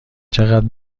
چقدر